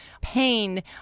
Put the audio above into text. pain